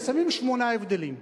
ושמים שמונה הבדלים.